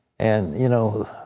and, you know,